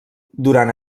durant